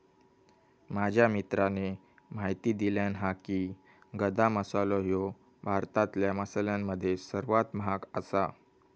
माझ्या मित्राने म्हायती दिल्यानं हा की, गदा मसालो ह्यो भारतातल्या मसाल्यांमध्ये सर्वात महाग आसा